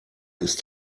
ist